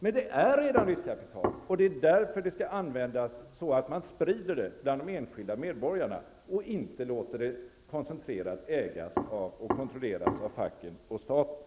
Men det är redan riskkapital, och det är därför det skall användas så att det sprids bland de enskilda medborgarna och inte koncentrerat ägs och kontrolleras av facket och staten.